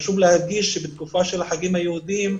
חשוב להדגיש שבתקופה של החגים היהודיים,